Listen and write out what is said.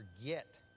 forget